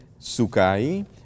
Sukai